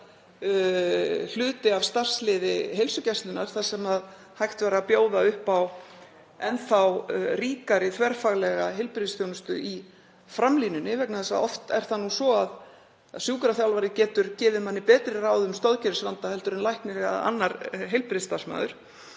hluti af starfsliði heilsugæslunnar þar sem hægt væri að bjóða upp á enn þá ríkari þverfaglega heilbrigðisþjónustu í framlínunni. Oft er það nú svo að sjúkraþjálfarar geta gefið manni betri ráð um stoðkerfisvanda heldur en læknir eða annar heilbrigðisstarfsmaður.